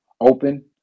open